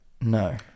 No